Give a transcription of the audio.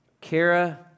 Kara